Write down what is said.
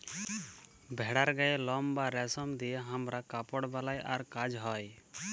ভেড়ার গায়ের লম বা রেশম দিয়ে হামরা কাপড় বালাই আর কাজ হ্য়